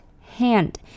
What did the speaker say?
hand